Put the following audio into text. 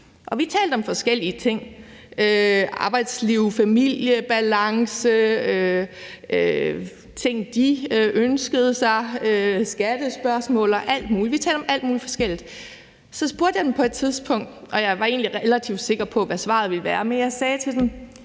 vi talte om forskellige ting, f.eks. arbejdsliv-familie-balance, ting, de ønskede sig, skattespørgsmål, og om alt muligt andet. Så stillede jeg dem på et tidspunkt et spørgsmål, og jeg var egentlig relativt sikker på, hvad svaret ville være, nemlig om de